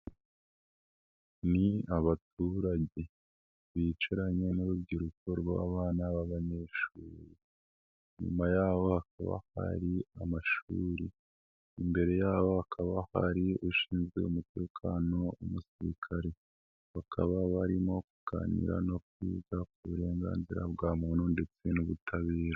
Ni abaturage bicaranye n'urubyiruko rw'abana b'abanyeshuri.I nyuma yaho hakaba hari amashuri, imbere yabo hakaba hari ushinzwe umutekano w' umusirikare, bakaba barimo kuganira no kwita ku burenganzira bwa muntu ndetse n'ubutabera.